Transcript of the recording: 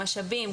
משאבים,